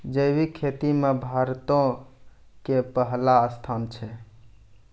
जैविक खेती मे भारतो के पहिला स्थान छै